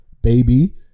baby